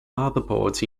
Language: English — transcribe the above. motherboards